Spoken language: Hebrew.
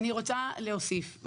אני רוצה להוסיף,